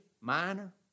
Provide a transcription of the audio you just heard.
minor